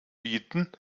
bieten